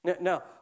Now